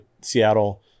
Seattle